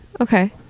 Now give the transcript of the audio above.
okay